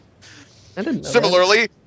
Similarly